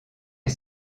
est